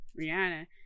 Rihanna